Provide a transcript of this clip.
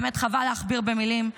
באמת חבל להכביר במילים.